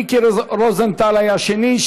מיקי רוזנטל היה השני,